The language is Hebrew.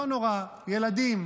לא נורא, ילדים.